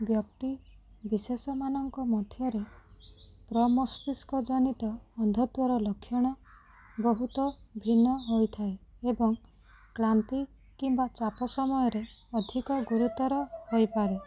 ବ୍ୟକ୍ତି ବିଶେଷମାନଙ୍କ ମଧ୍ୟରେ ପ୍ରମସ୍ତିଷ୍କଜନିତ ଅନ୍ଧତ୍ୱର ଲକ୍ଷଣ ବହୁତ ଭିନ୍ନ ହୋଇଥାଏ ଏବଂ କ୍ଳାନ୍ତି କିମ୍ବା ଚାପ ସମୟରେ ଅଧିକ ଗୁରୁତର ହୋଇପାରେ